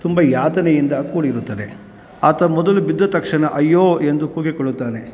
ತುಂಬ ಯಾತನೆಯಿಂದ ಕೂಡಿರುತ್ತದೆ ಆತ ಮೊದಲು ಬಿದ್ದ ತಕ್ಷಣ ಅಯ್ಯೋ ಎಂದು ಕೂಗಿಕೊಳ್ಳುತ್ತಾನೆ